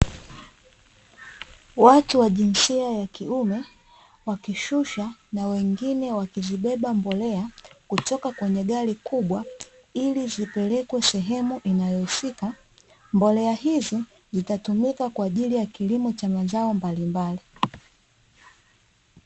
Watu wa jinsia ya kiume wakishusha na wengine wakizibeba mbolea kutoka kwenye gari kubwa, ili zipelekwe sehemu inayohusika. Mbolea hizo zitatumika kwa ajili ya kilimo cha mazao mbalimbali.